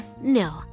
no